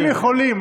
הם יכולים.